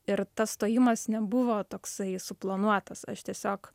ir tas stojimas nebuvo toksai suplanuotas aš tiesiog